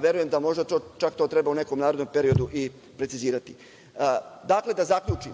verujem da možda to čak treba u nekom narednom periodu i precizirati. Dakle, da zaključim.